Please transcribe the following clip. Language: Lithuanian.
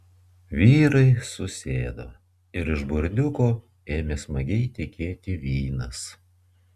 vyrai susėdo ir iš burdiuko ėmė smagiai tekėti vynas